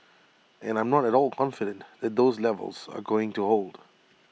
and I'm not at all confident that those levels are going to hold